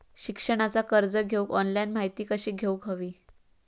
शिक्षणाचा कर्ज घेऊक ऑनलाइन माहिती कशी घेऊक हवी?